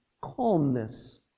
calmness